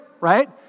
right